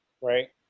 right